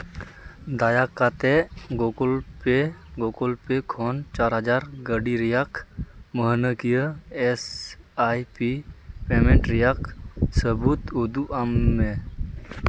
ᱫᱟᱭᱟ ᱠᱟᱛᱮᱫ Google pay Google pay ᱠᱷᱚᱱ ᱪᱟᱨ ᱦᱟᱡᱟᱨ ᱜᱟᱹᱰᱤ ᱨᱮᱭᱟᱜ ᱢᱟᱹᱦᱱᱟᱹᱠᱤᱭᱟᱹ ᱮᱥ ᱟᱭ ᱯᱤ ᱯᱮᱢᱮᱱᱴ ᱨᱮᱭᱟᱜ ᱥᱟᱹᱵᱩᱫ ᱩᱫᱩᱜ ᱟᱹᱧᱢᱮ